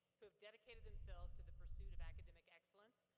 who have dedicated themselves to the pursuit of academic excellence,